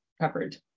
covered